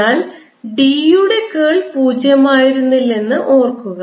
എന്നാൽ D യുടെ കേൾപൂജ്യമായിരുന്നില്ലെന്ന് ഓർക്കുക